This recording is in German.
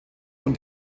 und